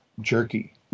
jerky